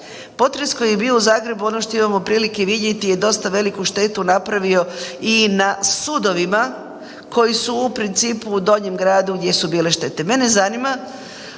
Potres koji je bio u Zagrebu, ono što imamo prilike vidjeti je dosta veliku štetu napravio i na sudovima koji su u principu u donjem gradu gdje su bile štete.